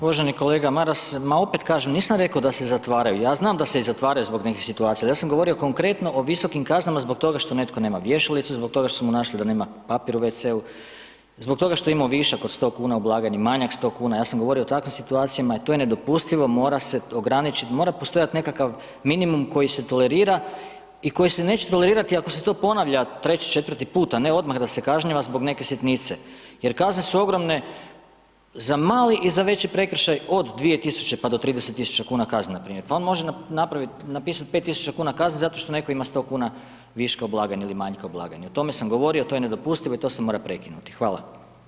Uvaženi kolega Maras, ma opet kažem, nisam rekao da se zatvaraju, ja znam da se i zatvaraju zbog nekih situacija, ali ja sam govorio konkretno o visokim kaznama zbog toga što netko nema vješalicu, zbog toga što su mu našli da nema papir u wc-u, zbog toga što je imao višak od 100 kuna u blagajni, manjak 100 kuna, ja sam govorio o takvim situacijama i to je nedopustivo mora se ograničit, mora postojat nekakav minimum koji se tolerira i koji se neće tolerirati ako se to ponavlja treći, četvrti put, a ne odmah da se kažnjava zbog neke sitnice, jer kazne su ogromne, za mali i za veći prekršaj od 2.000,00 pa do 30.000,00 kuna kazna na primjer, pa on može napravit, napisat 5.000,00 kuna kazne zato što netko ima sto kuna viška u blagajni, ili manjka u blagajni, o tome sam govorio, to je nedopustivo i to se mora prekinuti.